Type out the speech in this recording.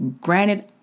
Granted